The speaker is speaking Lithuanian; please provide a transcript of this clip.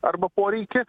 arba poreikį